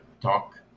talk